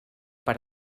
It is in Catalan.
per